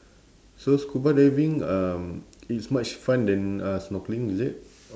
so scuba diving um it's much fun than uh snorkeling is it